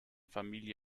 familie